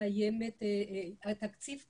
התקציב קיים,